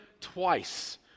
twice